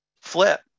flip